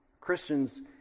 Christians